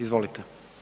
Izvolite.